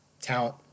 talent